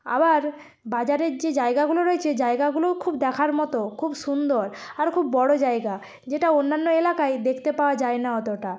আবার বাজারের যে জায়গাগুলো রয়েছে জায়গাগুলোও খুব দেখার মতো খুব সুন্দর আর খুব বড় জায়গা যেটা অন্যান্য এলাকায় দেখতে পাওয়া যায় না অতটা